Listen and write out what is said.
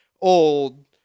old